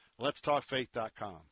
letstalkfaith.com